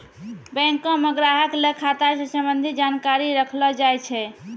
बैंको म ग्राहक ल खाता स संबंधित जानकारी रखलो जाय छै